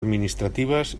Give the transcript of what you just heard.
administratives